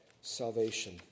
salvation